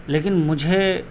لیکن مجھے